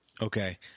Okay